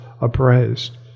appraised